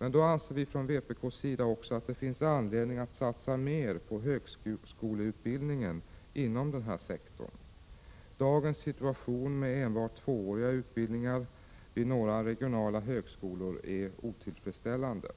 Men då, anser vi från vpk:s sida, finns det också anledning att satsa mer på högskoleutbildningen inom denna sektor. Dagens situation med enbart tvååriga utbildningar vid några regionala högskolor är otillfredsställande.